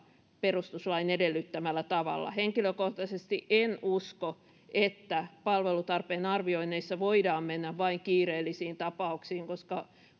perustuslain edellyttämällä tavalla henkilökohtaisesti en usko että palvelutarpeen arvioinneissa voidaan mennä vain kiireellisiin tapauksiin koska